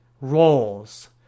roles